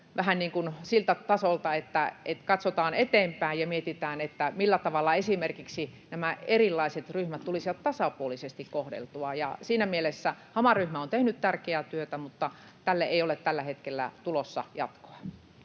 vähän niin kuin siltä tasolta, että katsotaan eteenpäin ja mietitään, millä tavalla esimerkiksi nämä erilaiset ryhmät tulisivat tasapuolisesti kohdelluiksi. Siinä mielessä, vaikka HAMA-ryhmä on tehnyt tärkeää työtä, tälle ei ole tällä hetkellä tulossa jatkoa.